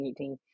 2018